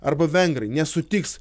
arba vengrai nesutiks